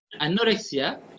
anorexia